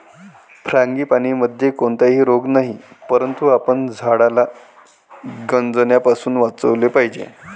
फ्रांगीपानीमध्ये कोणताही रोग नाही, परंतु आपण झाडाला गंजण्यापासून वाचवले पाहिजे